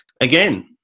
again